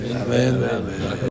amen